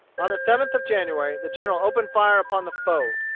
on the seventh of january the general opened fire upon the foe.